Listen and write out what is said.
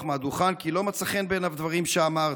מהדוכן כי לא מצאו חן בעיניו דברים שאמרתי.